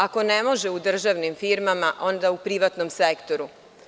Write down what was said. Ako ne može u državnim firmama, onda u privatnom sektoru.